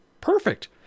Perfect